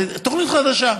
זאת תוכנית חדשה.